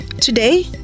Today